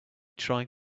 trying